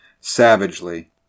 savagely